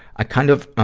i kind of